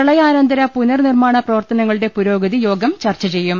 പ്രളയാനന്തര പുനർനിർമ്മാണ പ്രവർത്തനങ്ങളുടെ പുരോഗതി യോഗം ചർച്ച ചെയ്യും